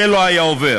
זה לא היה עובר